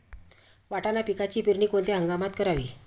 वाटाणा पिकाची पेरणी कोणत्या हंगामात करावी?